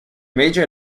major